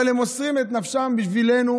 אבל הם מוסרים את נפשם בשבילנו,